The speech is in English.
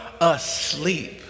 Asleep